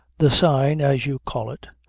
the sign, as you call it,